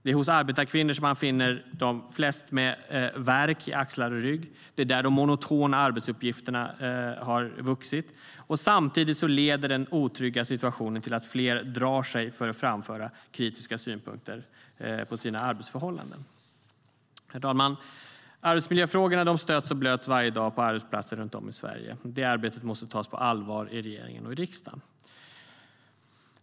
Det är hos arbetarkvinnor som man finner flest med värk i axlar och rygg. Det är där de monotona arbetsuppgifterna har vuxit. Samtidigt leder den otrygga situationen till att fler drar sig för att framföra kritiska synpunkter om sina arbetsförhållanden. Herr talman! Arbetsmiljöfrågorna stöts och blöts varje dag på arbetsplatser runt om i Sverige. Det arbetet måste tas på allvar i regeringen och riksdagen.